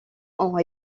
ont